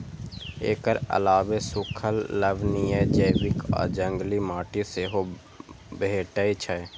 एकर अलावे सूखल, लवणीय, जैविक आ जंगली माटि सेहो भेटै छै